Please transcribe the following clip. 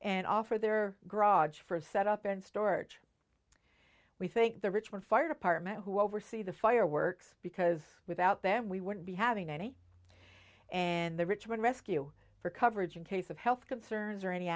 and offer their garage for a set up and storage we think the richmond fire department who oversee the fire works because without them we wouldn't be having any and the richmond rescue for coverage in case of health concerns or any